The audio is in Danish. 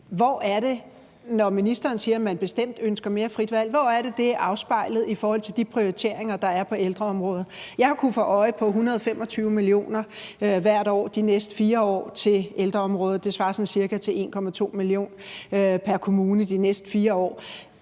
og alting. Når ministeren siger, at man bestemt ønsker mere frit valg, hvor er det så, at det er afspejlet i forhold til de prioriteringer, der er på ældreområdet? Jeg har kunnet få øje på 125 mio. kr. hvert år de næste 4 år til ældreområdet – det svarer sådan cirka til 1,2 mio. kr. pr. kommune de næste 4 år.